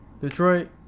Detroit